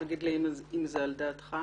תגיד לי אם זה על דעתך,